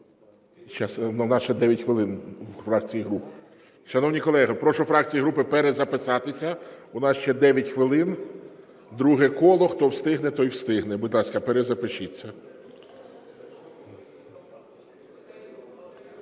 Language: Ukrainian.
фракцій і груп. Шановні колеги, прошу фракції і групи перезаписатися, у нас ще 9 хвилин, друге коло, хто встигне, той встигне. Будь ласка, перезапишіться.